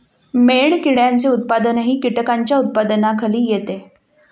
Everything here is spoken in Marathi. मेणकिड्यांचे उत्पादनही कीटकांच्या उत्पादनाखाली येते